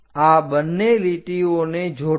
અ બંને લીટીઓને જોડો